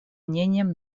мнениям